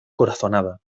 corazonada